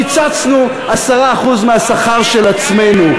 קיצצנו 10% מהשכר של עצמנו.